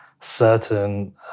certain